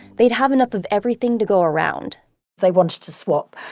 they'd have enough of everything to go around they wanted to swap,